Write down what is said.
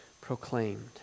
proclaimed